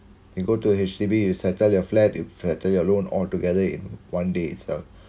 and go to H_D_B you settle your flat you settle your loan altogether in one day itself